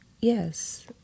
Yes